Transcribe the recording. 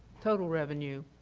total revenue,